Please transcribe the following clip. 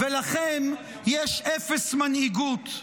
ולכם יש אפס מנהיגות,